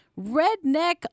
Redneck